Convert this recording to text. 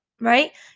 right